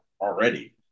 already